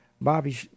Bobby